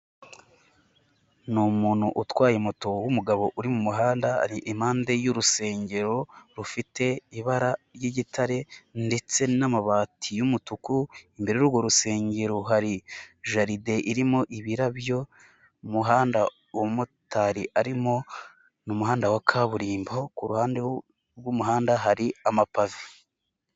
Ni umuntu utwaye moto w'umugabo uri mu muhanda ari impande y'urusengero rufite ibara ry'igitare ndetse n'amabati y'umutuku, imbere y'urwo rusengero hari jaride irimo ibirabyo, umuhanda uwo mumotari arimo ni umuhanda wa kaburimbo, ku ruhande rw'umuhanda hari amapave.